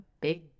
big